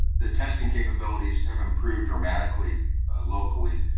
the testing capabilities have improved dramatically locally.